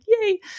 yay